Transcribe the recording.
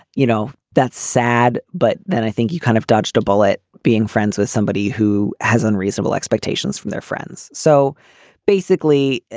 you know, that's sad. but then i think he kind of dodged a bullet being friends with somebody who has unreasonable expectations from their friends. so basically,